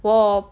我